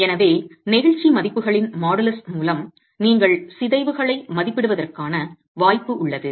எனவே நெகிழ்ச்சி மதிப்புகளின் மாடுலஸ் மூலம் நீங்கள் சிதைவுகளை மதிப்பிடுவதற்கான வாய்ப்பு உள்ளது